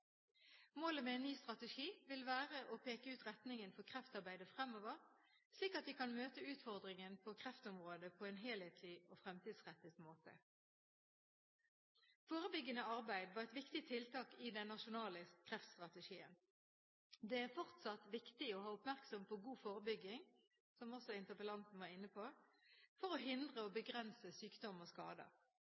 Målet med en ny strategi vil være å peke ut retningen for kreftarbeidet fremover, slik at vi kan møte utfordringene på kreftområdet på en helhetlig og fremtidsrettet måte. Forebyggende arbeid var et viktig tiltak i den nasjonale kreftstrategien. Det er fortsatt viktig å ha oppmerksomhet på god forebygging – som også interpellanten var inne på – for å hindre og begrense sykdom og skader.